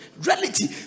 reality